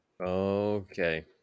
Okay